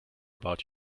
about